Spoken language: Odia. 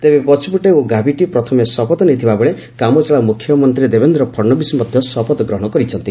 ତେବେ ପଚପୁଟେ ଓ ଗାଭିତ୍ ପ୍ରଥମେ ଶପଥ ନେଇଥିବାବେଳେ କାମଚଳା ମୁଖ୍ୟମନ୍ତ୍ରୀ ଦେବେନ୍ଦ୍ର ଫଡ୍ନବୀଶ ମଧ୍ୟ ଶପଥ ଗ୍ରହଣ କରିଛନ୍ତି